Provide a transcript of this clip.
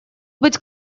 быть